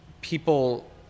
people